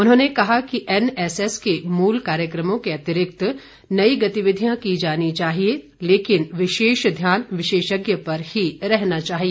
उन्होंने कहा कि एनएसएस के मूल कार्यक्रमों के अतिरिक्त नई गतिविधियां की जानी चाहिए लेकिन विशेष ध्यान विशेषज्ञ पर ही रहना चाहिए